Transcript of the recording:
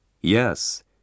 Yes